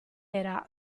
era